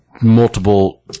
multiple